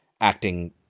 acting